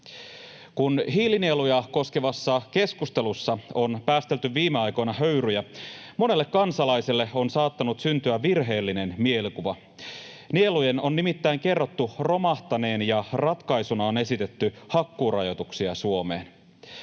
Kun hiilinieluja koskevassa keskustelussa on päästelty viime aikoina höyryjä, monelle kansalaiselle on saattanut syntyä virheellinen mielikuva. Nielujen on nimittäin kerrottu romahtaneen ja ratkaisuna on esitetty hakkuurajoituksia Suomeen.